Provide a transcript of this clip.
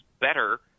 better